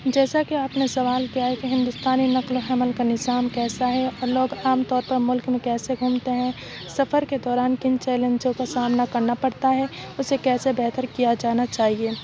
جیسا کہ آپ نے سوال کیا ہے کہ ہندوستانی نقل و حمل کا نظام کیسا ہے اور لوگ عام طور پر ملک میں کیسے گھومتے ہیں سفر کے دوران کن چیلنجوں کا سامنا کرنا پڑتا ہے اسے کیسے بہتر کیا جانا چاہیے